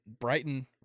Brighton